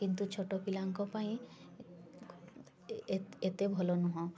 କିନ୍ତୁ ଛୋଟ ପିଲାଙ୍କ ପାଇଁ ଏତେ ଭଲ ନୁହେଁ